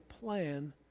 plan